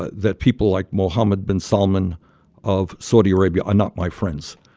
that people like mohammed bin salman of saudi arabia are not my friends.